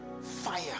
fire